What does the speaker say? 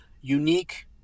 unique